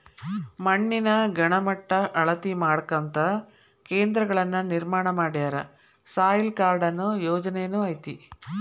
ಮಣ್ಣಿನ ಗಣಮಟ್ಟಾ ಅಳತಿ ಮಾಡಾಕಂತ ಕೇಂದ್ರಗಳನ್ನ ನಿರ್ಮಾಣ ಮಾಡ್ಯಾರ, ಸಾಯಿಲ್ ಕಾರ್ಡ ಅನ್ನು ಯೊಜನೆನು ಐತಿ